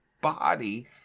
body